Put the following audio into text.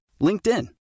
LinkedIn